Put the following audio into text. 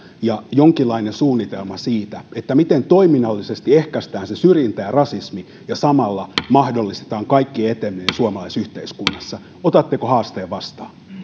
ja jonkinlainen suunnitelma siitä siitä miten toiminnallisesti ehkäistään syrjintä ja rasismi ja samalla mahdollistetaan että kaikki etenevät suomalaisessa yhteiskunnassa otatteko haasteen vastaan